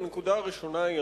הנקודה הראשונה היא,